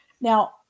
Now